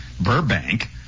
Burbank